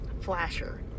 flasher